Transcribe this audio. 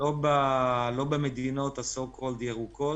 לא במדינות ה-so called ירוקות,